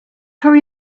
hurry